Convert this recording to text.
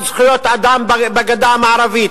הפרת זכויות אדם בגדה המערבית,